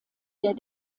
der